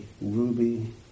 ruby